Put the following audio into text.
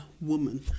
woman